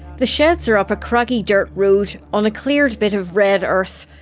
the sheds are up a craggy dirt road on a cleared bit of red earth.